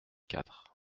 quatre